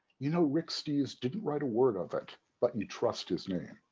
you know rick steves didn't write a word of it, but you trust his name.